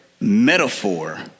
metaphor